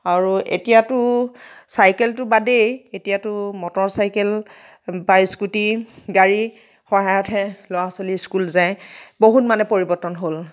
আৰু এতিয়াতো চাইকেলতো বাদেই এতিয়াতো মটৰচাইকেল বা স্কুটি গাড়ীৰ সহায়তহে ল'ৰা ছোৱালী স্কুল যায় বহুত মানে পৰিৱৰ্তন হ'ল